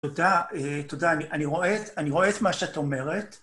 תודה, תודה. אני רואה את מה שאת אומרת.